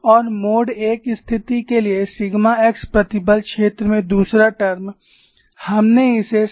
और mode I स्थिति के लिए सिग्मा x प्रतिबल क्षेत्र में दूसरा टर्म हमने इसे सिग्मा नॉट x के रूप में लेबल किया